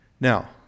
Now